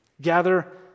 Gather